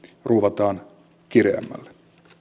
ruuvataan kireämmälle